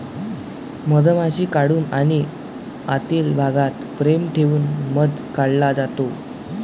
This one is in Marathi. मधमाशी काढून आणि आतील भागात फ्रेम ठेवून मध काढला जातो